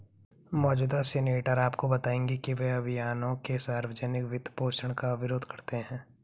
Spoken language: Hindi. मौजूदा सीनेटर आपको बताएंगे कि वे अभियानों के सार्वजनिक वित्तपोषण का विरोध करते हैं